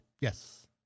Yes